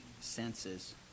senses